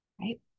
right